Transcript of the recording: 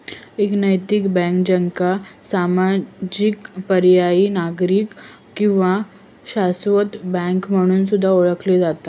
एक नैतिक बँक, ज्याका सामाजिक, पर्यायी, नागरी किंवा शाश्वत बँक म्हणून सुद्धा ओळखला जाता